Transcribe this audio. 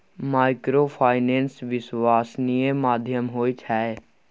Microfinance विश्वासनीय माध्यम होय छै?